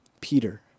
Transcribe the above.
Peter